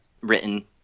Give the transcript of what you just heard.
written